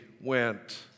went